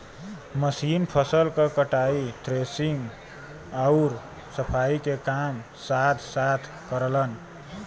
machine फसल क कटाई, थ्रेशिंग आउर सफाई के काम साथ साथ करलन